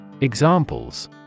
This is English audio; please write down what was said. Examples